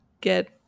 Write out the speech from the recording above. get